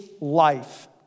life